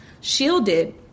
shielded